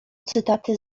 cytaty